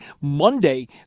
Monday